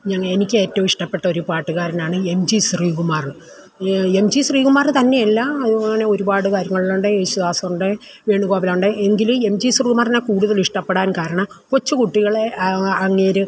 ഞാൻ എനിക്കേറ്റവുമിഷ്ടപ്പെട്ട ഒരു പാട്ട്കാരനാണ് M G Sreekumar M G Sreekumar തന്നെയല്ല അങ്ങനെ ഒരുപാട് കാര്യങ്ങളുണ്ട് യേശുദാസുണ്ട് വേണു ഗോപനുണ്ട് എങ്കിലും എം ജീ ശ്രീകുമാറിനെ കൂടുതലിഷ്ടപ്പെടാൻ കാരണം കൊച്ചുകുട്ടികളെ അങ്ങേര്